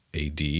AD